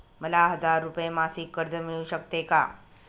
मला हजार रुपये मासिक कर्ज मिळू शकते का?